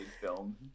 film